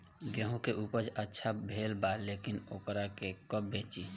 गेहूं के उपज अच्छा भेल बा लेकिन वोकरा के कब बेची?